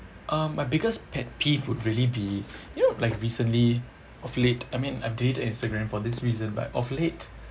um my biggest pet peeve would really be you know like recently of late I mean I've deleted Instagram for this reason but of late